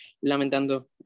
lamentando